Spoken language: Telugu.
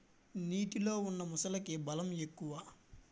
నీటిలో ఉన్న మొసలికి బలం ఎక్కువ